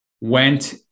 went